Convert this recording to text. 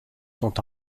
sont